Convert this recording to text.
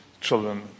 children